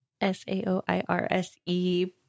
S-A-O-I-R-S-E